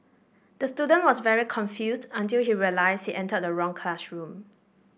the student was very confused until he realised he entered the wrong classroom